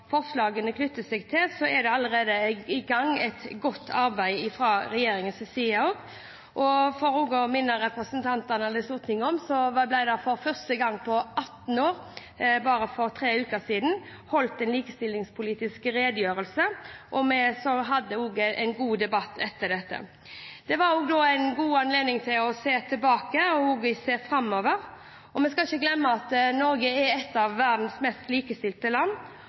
forslagene knytter seg til, er det allerede i gang et godt arbeid fra regjeringens side. Jeg vil minne Stortinget om at for første gang på 18 år ble det for bare tre uker siden holdt en likestillingspolitisk redegjørelse, og vi hadde også en god debatt etter den. Det var en god anledning for å se tilbake og for å se framover. Vi skal ikke glemme at Norge er et av verdens mest likestilte land.